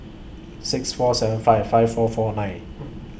six four seven five five four four nine